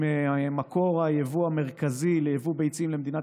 אם מקור היבוא המרכזי לייבוא ביצים למדינת